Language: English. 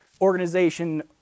organization